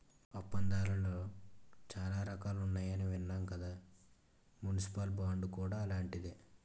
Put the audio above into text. ఒప్పందాలలో చాలా రకాలున్నాయని విన్నాం కదా మున్సిపల్ బాండ్ కూడా అలాంటిదే